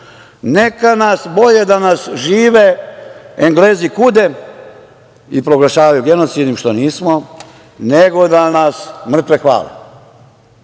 Neka nas, bolje da nas žive Englezi kude i proglašavaju genocidnim, što nismo, nego da nas mrtve hvale. Mislim